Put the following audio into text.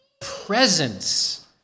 presence